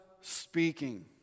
speaking